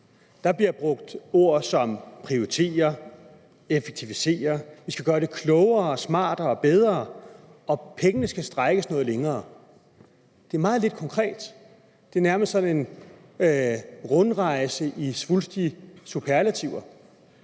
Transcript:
Der bliver brugt ord som prioritere, effektivisere, vi skal gøre det klogere, smartere, bedre, og pengene skal strækkes noget længere. Det er meget lidt konkret, det er nærmest sådan en rundrejse i svulstige superlativer,